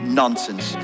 nonsense